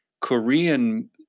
Korean